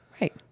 Right